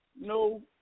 no